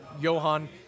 Johan